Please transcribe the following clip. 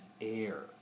air